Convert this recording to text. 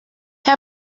herr